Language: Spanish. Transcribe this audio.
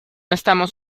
estamos